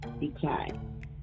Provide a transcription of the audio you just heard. decline